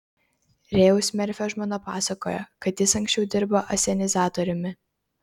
rėjaus merfio žmona pasakojo kad jis anksčiau dirbo asenizatoriumi